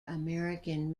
american